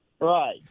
right